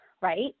right